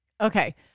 Okay